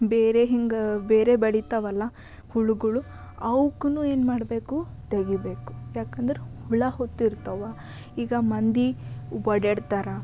ಬೇರೆ ಹಿಂಗೆ ಬೇರೆ ಬೆಳೀತಾವಲ್ಲ ಹುಳುಗಳು ಅವ್ಕೂನು ಏನು ಮಾಡಬೇಕು ತೆಗೀಬೇಕು ಯಾಕೆಂದ್ರೆ ಹುಳ ಹತ್ತಿರ್ತಾವ ಈಗ ಮಂದಿ ಓಡ್ಯಾಡ್ತಾರ